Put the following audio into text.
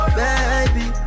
baby